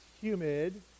humid